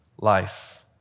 life